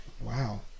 Wow